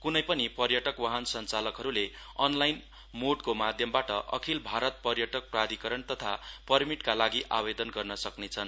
क्नै पनि पर्यटक वाहन सञ्चालकहरूले अनलाईन मोडको माध्यमबाट अखिल भारत पर्यटक प्राधिकरण तथा पर्मिटका लागि आवेदन गर्न सक्नेछन्